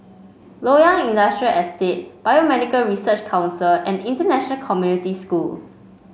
Loyang Industrial Estate Biomedical Research Council and International Community School